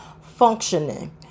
functioning